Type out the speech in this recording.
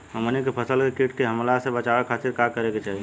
हमनी के फसल के कीट के हमला से बचावे खातिर का करे के चाहीं?